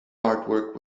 artwork